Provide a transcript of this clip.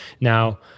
Now